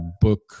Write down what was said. book